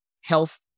health